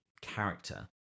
character